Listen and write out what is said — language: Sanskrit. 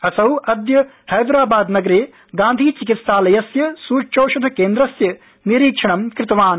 असौ अद्य हैदराबादनगरं गांधी चिकित्सालयस्य सुच्यौषधकेन्द्रस्य निरीक्षणं कृतवान